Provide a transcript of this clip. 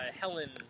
Helen